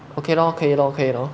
okay lor 可以可以